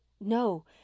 No